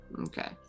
Okay